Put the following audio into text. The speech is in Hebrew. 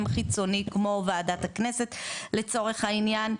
חיצוני כמו ועדת הכנסת לצורך העניין,